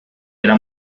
era